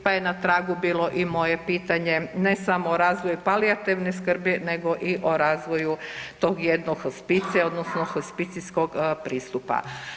Pa je na tragu bilo i moje pitanje ne samo o razvoju palijativne skrbi, nego i o razvoju tog jednog hospicija, odnosno hospicijskog pristupa.